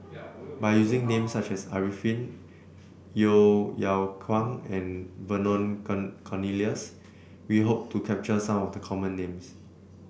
by using names such as Arifin Yeo Yeow Kwang and Vernon Cornelius we hope to capture some of the common names